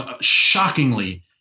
shockingly